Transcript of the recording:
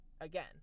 again